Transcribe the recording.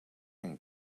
and